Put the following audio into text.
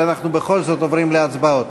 אבל אנחנו בכל זאת עוברים להצבעות.